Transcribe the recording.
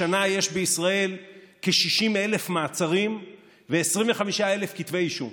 בשנה יש בישראל כ-60,000 מעצרים ו-25,000 כתבי אישום,